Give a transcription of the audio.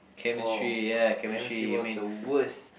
!wow! Chemistry was the worst